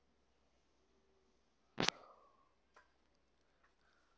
प्रत्यक्ष बैंकत कम खर्चत काम हइ जा छेक